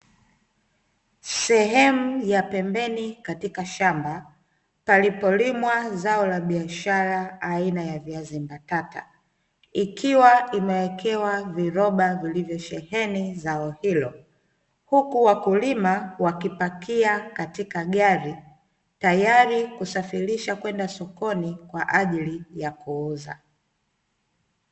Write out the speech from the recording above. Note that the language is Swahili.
Sehemu ya pembeni katika shamba, palipo limwa zao la biaishara aina ya viazi mbatata, ikiwa imewekewa viroba vilivyo sheheni zao hilo huku wakulima wakipakia katika gari tayari kusafirisha kwenda sukoni wa ajili ya kuuza.